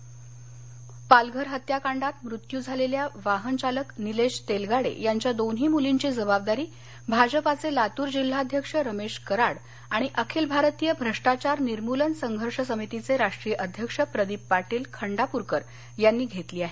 पालघर पालघर हत्याकांडात मृत्यू झालेल्या वाहन चालक निलेश तेलगाडे यांच्या दोन्ही मुलींची जबाबदारी भाजपाचे लातूर जिल्हाध्यक्ष रमेश कराड आणि अखिल भारतीय भ्रष्टाचार निर्मुलन संघर्ष समितीचे राष्ट्रीय अध्यक्ष प्रदिप पाटील खंडापूरकर यांनी घेतली आहे